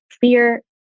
fear